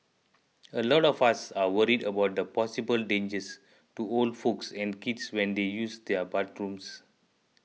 a lot of us are worried about the possible dangers to old folks and kids when they use the bathrooms